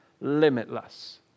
limitless